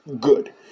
good